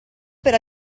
per